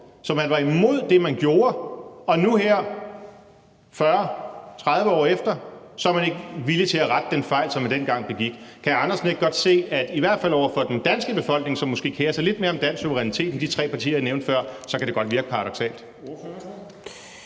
Så man var imod det, man gjorde, og nu her 30 år efter er man ikke villig til at rette den fejl, som man dengang begik. Kan hr. Hans Andersen ikke godt se, at det i hvert fald over for den danske befolkning, som måske kerer sig lidt mere om dansk suverænitet end de tre partier, jeg nævnte før, kan virke paradoksalt?